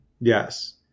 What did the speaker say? Yes